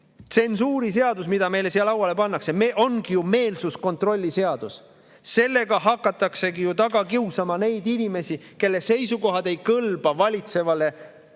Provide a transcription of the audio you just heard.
Tsensuuriseadus, mis meile siia lauale pannakse, ongi ju meelsuskontrolli seadus. Sellega hakataksegi ju taga kiusama neid inimesi, kelle seisukohad ei kõlba valitsevale liberaalsele